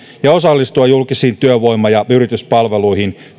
ja osallistua julkisiin työvoima ja yrityspalveluihin